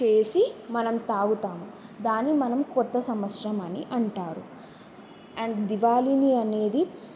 చేసి మనం తాగుతాము దాన్ని మనం కొత్త సంవత్సరం అని అంటారు అండ్ దివాళీని అనేది